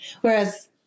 Whereas